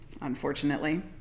unfortunately